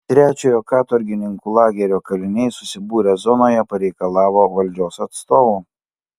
trečiojo katorgininkų lagerio kaliniai susibūrę zonoje pareikalavo valdžios atstovų